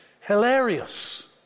hilarious